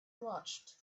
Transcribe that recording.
watched